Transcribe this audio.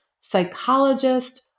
psychologist